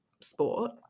sport